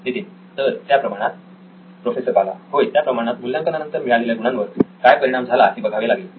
नितीन तर त्या प्रमाणात प्रोफेसर बाला होय त्या प्रमाणात मूल्यांकनानंतर मिळालेल्या गुणांवर काय परिणाम झाला हे बघावे लागेल